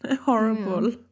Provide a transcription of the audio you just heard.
Horrible